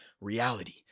reality